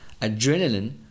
adrenaline